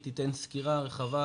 היא תיתן סקירה רחבה,